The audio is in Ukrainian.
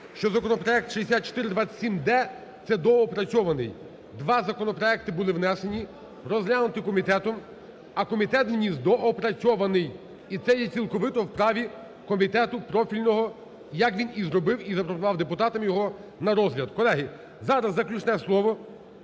що законопроект 6427-д, це доопрацьований. Два законопроекти були внесені, розглянуті комітетом, а комітет вніс доопрацьований. І це є цілковито в праві комітету профільного, як він і зробив, і запропонував депутатом його на розгляд.